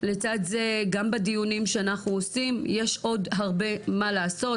לצד זה גם בדיונים שאנחנו עושים יש עוד הרבה מה לעשות.